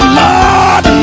lord